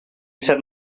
cert